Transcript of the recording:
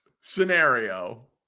scenario